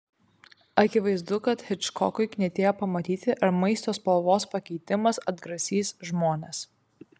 akivaizdu kad hičkokui knietėjo pamatyti ar maisto spalvos pakeitimas atgrasys žmones